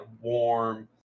warm